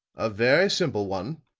a very simple one.